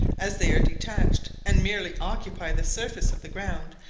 as they are detached, and merely occupy the surface of the ground,